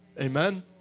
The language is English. Amen